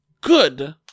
good